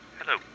Hello